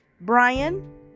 brian